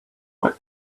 what